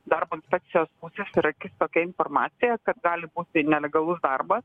darbo inspekcijos ausis tai yra kai kitokia informacija kad gali būti nelegalus darbas